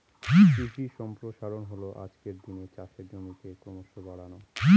কৃষি সম্প্রসারণ হল আজকের দিনে চাষের জমিকে ক্রমশ বাড়ানো